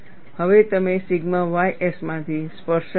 હવે તમે sigma ys માંથી સ્પર્શક દોરો